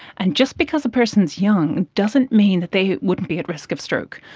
and just because a person is young doesn't mean that they wouldn't be at risk of stroke.